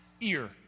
ear